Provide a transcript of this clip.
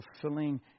fulfilling